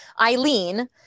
Eileen